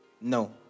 No